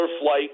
flight